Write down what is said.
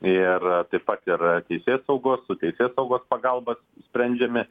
ir taip pat ir teisėsaugos su teisėsaugos pagalba sprendžiami